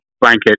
blanket